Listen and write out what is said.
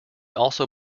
also